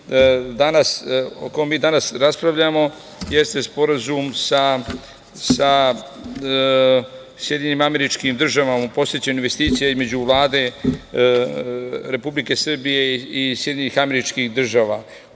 sporazum o kom mi danas raspravljamo jeste Sporazum sa Sjedinjenim Američkim Državama o podsticaju investicija između Vlade Republike Srbije i Sjedinjenih Američkih Država.